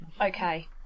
Okay